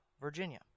Virginia